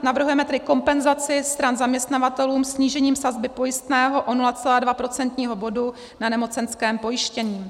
Navrhujeme tedy kompenzaci stran zaměstnavatelů snížením sazby pojistného o 0,2 procentního bodu na nemocenském pojištění.